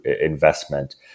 investment